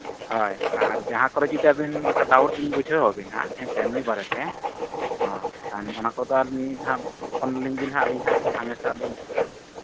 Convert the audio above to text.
ᱦᱳᱭ ᱟᱨ ᱡᱟᱦᱟᱸ ᱠᱚᱨᱮ ᱡᱩᱫᱤ ᱟᱹᱵᱤᱱ ᱚᱱᱠᱟ ᱰᱟᱣᱩᱴ ᱵᱤᱱ ᱵᱩᱡᱷᱟᱹᱣᱟᱵᱤᱱ ᱦᱟᱸᱜ ᱦᱮᱸᱥᱮ ᱱᱩᱭ ᱵᱟᱨᱮ ᱛᱮ ᱦᱚᱸ ᱠᱷᱟᱱ ᱚᱱᱟ ᱠᱚᱫᱚ ᱟᱨ ᱱᱟᱦᱟᱜ ᱯᱷᱳᱱ ᱟᱹᱞᱤᱧ ᱵᱤᱱ ᱦᱟᱸᱜ ᱟᱹᱞᱤᱧ ᱦᱟᱸᱜ ᱦᱟᱢᱮᱥᱟ ᱞᱤᱧ